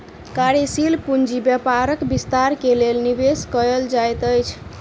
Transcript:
कार्यशील पूंजी व्यापारक विस्तार के लेल निवेश कयल जाइत अछि